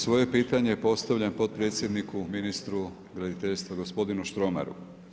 Svoje pitanje postavljam potpredsjedniku ministru graditeljstva, gospodinu Štromaru.